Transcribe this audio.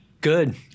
Good